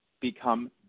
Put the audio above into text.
become